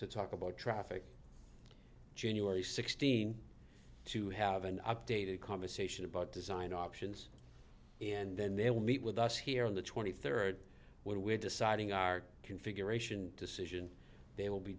to talk about traffic january sixteenth to have an updated conversation about design options and then they will meet with us here on the twenty third when we're deciding our configuration decision they will be